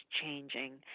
changing